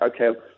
okay